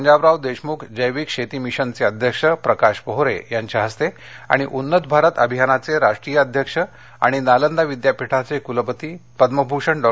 पंजाबराव देशमुख जैविक शेती मिशनचे अध्यक्ष प्रकाश पोहरे यांच्या हस्ते आणि उन्नत भारत अभियानाधे राष्ट्रीय अध्यक्ष आणि नालंदा विद्यापीठाचे कुलपती पद्मभूषण डॉ